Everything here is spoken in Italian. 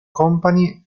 company